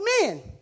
men